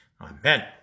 Amen